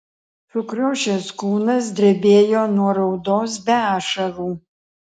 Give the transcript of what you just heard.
sukriošęs kūnas drebėjo nuo raudos be ašarų